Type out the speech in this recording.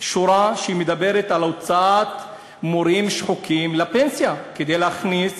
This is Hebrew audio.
שורה שמדברת על הוצאת מורים שחוקים לפנסיה כדי להכניס